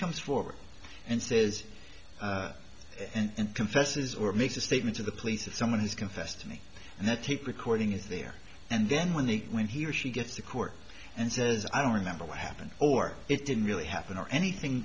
comes forward and says and confesses or makes a statement to the police that someone has confessed to me and the tape recording is there and then when the when he or she gets to court and says i don't remember what happened or it didn't really happen or anything